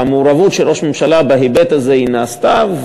והמעורבות של ראש ממשלה בהיבט הזה נעשתה.